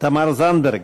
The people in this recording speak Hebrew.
תמר זנדברג,